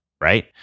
right